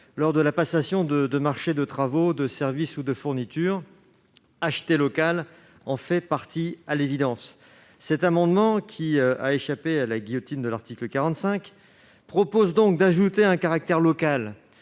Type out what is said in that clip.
lors de la passation de marchés de travaux, de services ou de fournitures. Acheter local en fait à l'évidence partie. Cet amendement, qui a échappé à la guillotine de l'article 45 de la Constitution, vise à ajouter un caractère local